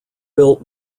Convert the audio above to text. built